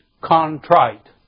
contrite